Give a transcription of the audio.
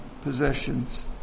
possessions